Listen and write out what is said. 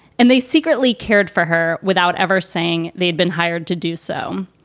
and they secretly cared for her without ever saying they'd been hired to do so.